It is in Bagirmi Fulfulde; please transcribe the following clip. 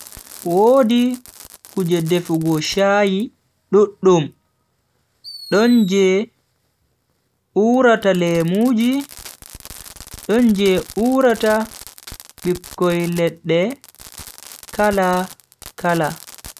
Wodi kuje defugo shayii duddum. Don je urata lemuji, don je urata bikkoi ledde kala-kala.